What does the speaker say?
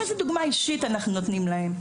איזה דוגמה אישית אנחנו נותנים להם?